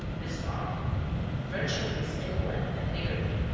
this thought virtue is indolent and niggardly,